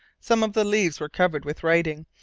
some of the leaves were covered with writing,